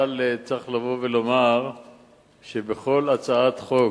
אבל צריך לבוא ולומר שבכל הצעת חוק